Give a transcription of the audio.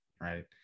right